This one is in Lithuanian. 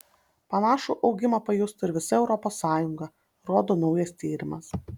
panašų augimą pajustų ir visa europos sąjunga rodo naujas tyrimas